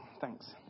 thanks